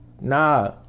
Nah